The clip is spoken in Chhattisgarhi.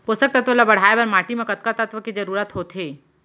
पोसक तत्व ला बढ़ाये बर माटी म कतका तत्व के जरूरत होथे?